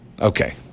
Okay